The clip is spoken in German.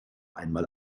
einmal